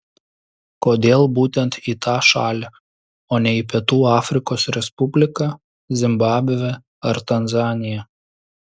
kodėl būtent į tą šalį o ne į pietų afrikos respubliką zimbabvę ar tanzaniją